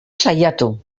saiatu